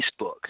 Facebook